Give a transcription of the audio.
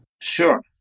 Sure